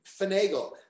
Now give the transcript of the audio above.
finagle